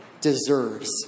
deserves